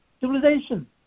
civilization